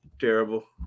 Terrible